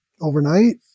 overnight